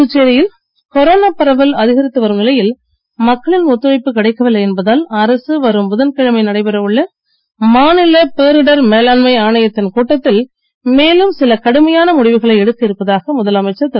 புதுச்சேரியில் கொரோனா பரவல் அதிகரித்து வரும் நிலையில் மக்களின் ஒத்துழைப்பு கிடைக்கவில்லை என்பதால் அரசு வரும் புதன் கிழமை நடைபெற உள்ள மாநில பேரிடர் மேலாண்மை ஆணையத்தின் கூட்டத்தில் மேலும் சில கடுமையான முடிவுகளை எடுக்க இருப்பதாக முதலமைச்சர் திரு